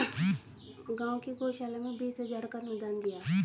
गांव की गौशाला में बीस हजार का अनुदान दिया